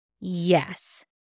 Yes